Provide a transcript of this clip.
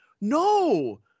no